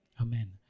Amen